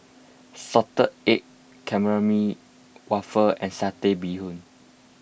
Salted Egg Calamari Waffle and Satay Bee Hoon